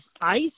ice